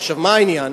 עכשיו, מה העניין?